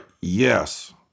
yes